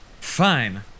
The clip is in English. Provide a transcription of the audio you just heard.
Fine